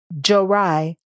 Jorai